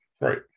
right